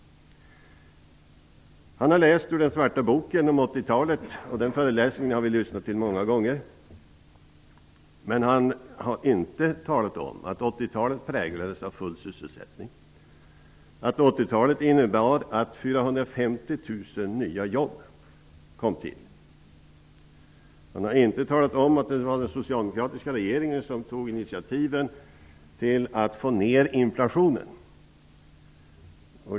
Börje Hörnlund har läst ur den svarta boken om 80 talet, och den föreläsningen har vi lyssnat till många gånger. Han har inte talat om att 80-talet präglades av full sysselsättning och att 80-talet innebar att 450 000 nya jobb kom till. Han har inte talat om att det var den socialdemokratiska regeringen som tog initiativen till att få ned inflationen.